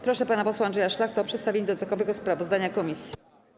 Proszę pana posła Andrzeja Szlachtę o przedstawienie dodatkowego sprawozdania komisji.